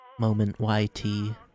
MomentYT